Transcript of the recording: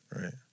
Right